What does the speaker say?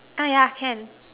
ah yeah can